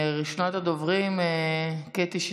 ראשונת הדוברים, קטי שטרית.